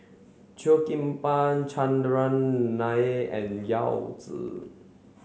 Cheo Kim Ban Chandran Nair and Yao Zi